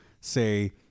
say